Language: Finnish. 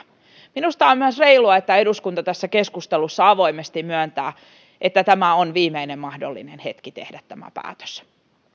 minusta on myös reilua että eduskunta tässä keskustelussa avoimesti myöntää että tämä on viimeinen mahdollinen hetki tehdä tämä päätös